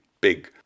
big